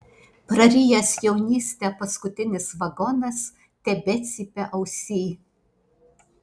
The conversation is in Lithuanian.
prarijęs jaunystę paskutinis vagonas tebecypia ausyj